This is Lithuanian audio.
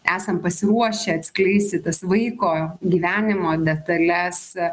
esam pasiruošę atskleisti tas vaiko gyvenimo detales